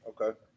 Okay